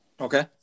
Okay